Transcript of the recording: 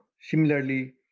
Similarly